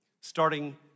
starting